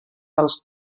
als